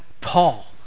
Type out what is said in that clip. Paul